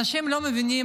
אנשים לא מבינים